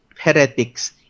heretics